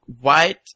white